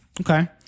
Okay